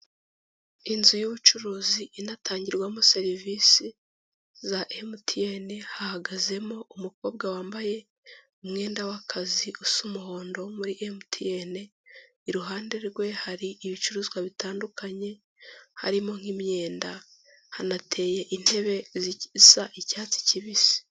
Inzu y'ubucuruzi inatangirwamo serivisi za MTN, hahagazemo umukobwa wambaye umwenda w'akazi usa umuhondo wo muri MTN, iruhande rwe hari ibicuruzwa bitandukanye harimo nk'imyenda, hanateye intebe zisa icyatsi kibisi.